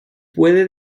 puede